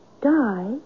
die